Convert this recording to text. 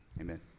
amen